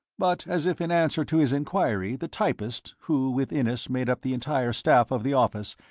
but as if in answer to his enquiry the typist, who with innes made up the entire staff of the office,